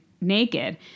naked